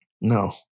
No